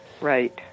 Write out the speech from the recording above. Right